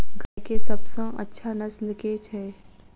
गाय केँ सबसँ अच्छा नस्ल केँ छैय?